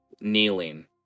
kneeling